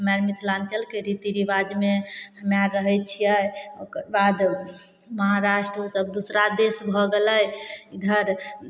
हम्मे आर मिथलाञ्चलके रीति रिबाजमे हम्मे रहै छियै ओकर बाद महाराष्ट्र सब दुसरा देश भऽ गेलै उधर